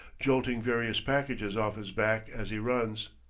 jolting various packages off his back as he runs.